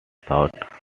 though